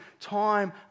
time